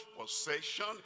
possession